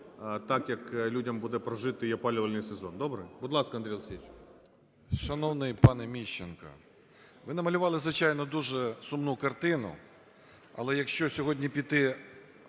так, як людям буде прожити і опалювальний сезон. Добре? Будь ласка, Андрій Олексійович.